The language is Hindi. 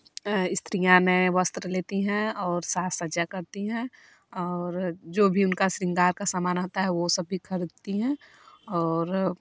स्त्रियाँ नए वस्त्र लेती हैं और साज सज्जा करती हैं और जो भी उनका शृंगार का समान रहता है वह सब भी खरीदती हैं और